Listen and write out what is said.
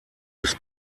des